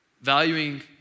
valuing